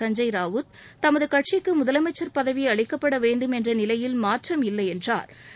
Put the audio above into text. சஞ்ஞய் ராவுத் தமது கட்சிக்கு முதலமைச்சா் பதவி அளிக்கப்பட வேண்டும் என்ற நிலையில் மாற்றம் இல்லை என்றாா்